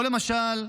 או למשל,